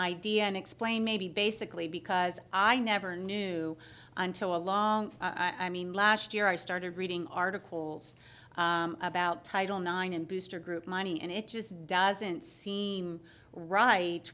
idea and explain maybe basically because i never knew until a long i mean last year i started reading articles about title nine and booster group money and it just doesn't seem right